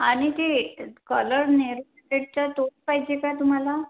आणि ते कॉलर नेहरू तो पाहिजे का तुम्हाला